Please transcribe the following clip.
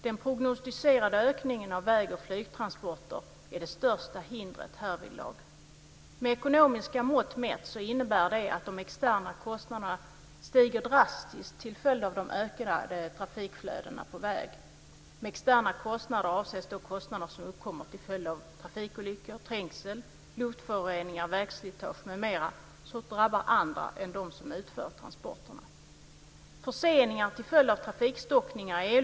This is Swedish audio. Den prognostiserade ökningen av väg och flygtransporter är det största hindret härvidlag. Med ekonomiska mått mätt innebär det att de externa kostnaderna stiger drastiskt till följd av de ökade trafikflödena på väg. Med externa kostnader avses då kostnader som uppkommer till följd av trafikolyckor, trängsel, luftföroreningar, vägslitage m.m. som drabbar andra än dem som utför transporterna.